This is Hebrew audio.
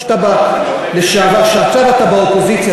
כשאתה באופוזיציה,